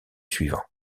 suivants